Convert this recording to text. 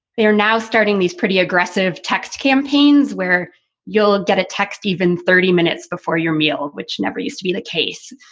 they are now starting these pretty aggressive text campaigns where you'll get a text even thirty minutes before your meal, which never used to be the case.